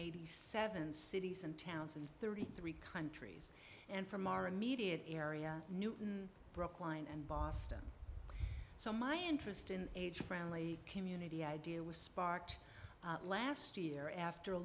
eighty seven cities and towns and thirty three countries and from our immediate area newton brookline and boston so my interest in age friendly community idea was sparked last year after